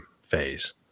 phase